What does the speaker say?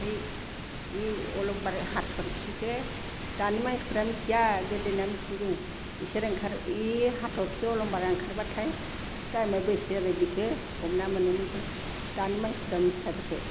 ओमफ्राय बै अलंबार हाथरखिखौ दानि मानसिफोरा मिथिया गोदोनिया मिथिगौ जोङो बेसोर ओंखार बै हाथरखि अलंबारा ओंखारबाथाय टाइमआ बेसे बेखौ हमना मोनोमोन जों दानि मानसिफोरा मिथिया बेफोरखौ